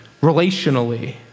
relationally